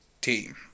Team